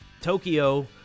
Tokyo